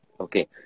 okay